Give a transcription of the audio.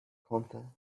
konnte